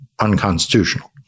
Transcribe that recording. unconstitutional